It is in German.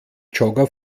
jogger